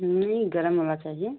नहीं गर्म होना चाहिए